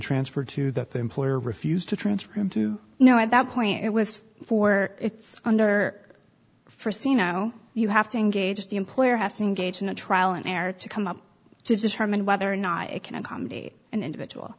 transferred to that the employer refused to transfer him to know at that point it was for it's under for see you know you have to engage the employer has to engage in a trial and error to come up to determine whether or not it can accommodate an individual